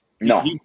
No